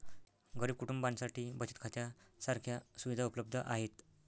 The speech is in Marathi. गरीब कुटुंबांसाठी बचत खात्या सारख्या सुविधा उपलब्ध आहेत